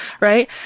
right